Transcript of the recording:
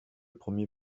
premier